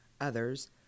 others